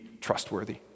trustworthy